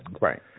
Right